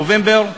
נובמבר,